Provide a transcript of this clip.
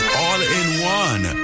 all-in-one